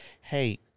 hey